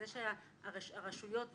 הרשויות וכו',